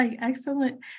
excellent